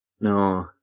no